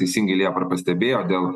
teisingai liepa ir pastebėjo dėl